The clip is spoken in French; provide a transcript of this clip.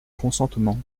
consentement